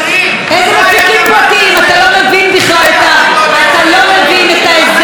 אם לא היית רוצה לתת שיקול דעת לא היה דבר כזה,